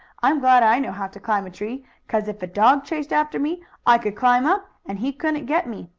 i'm glad i know how to climb a tree, cause if a dog chased after me i could climb up, and he couldn't get me.